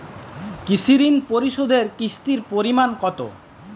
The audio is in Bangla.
কৃষি ঋণ পরিশোধের কিস্তির পরিমাণ কতো?